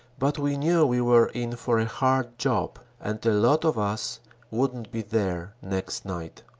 but we knew we were in for a hard job and a lot of us wouldn't be there next night.